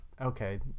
okay